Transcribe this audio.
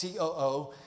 COO